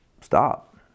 stop